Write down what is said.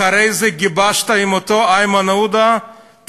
אחרי זה גיבשת עם אותו איימן עודה תוכנית